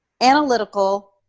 analytical